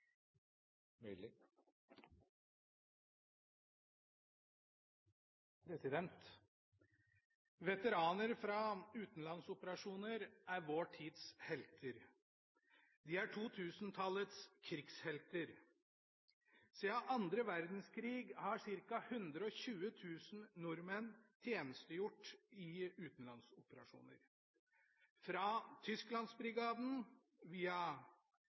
vår tids helter. De er 2000-tallets krigshelter. Siden annen verdenskrig har ca. 120 000 tjenestegjort i utenlandsoperasjoner – fra Tysklandsbrigaden via